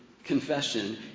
confession